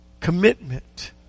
Commitment